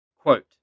Quote